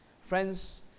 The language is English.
friends